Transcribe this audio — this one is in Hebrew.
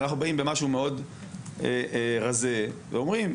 אנחנו באים במשהו מאוד רזה ואומרים,